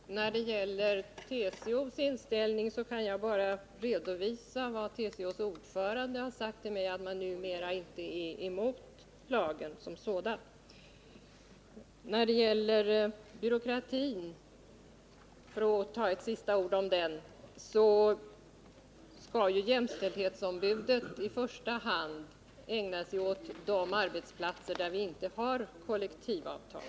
Herr talman! När det gäller TCO:s inställning kan jag bara redovisa vad TCO:s ordförande har sagt till mig — att man numera inte är emot lagen som sådan. Låt mig också säga några avslutande ord om byråkratin. Jämställdhetsombudet skall i första hand ägna sig åt de arbetsplatser där vi inte har kollektivavtal.